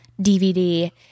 DVD